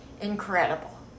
incredible